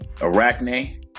Arachne